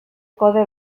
kode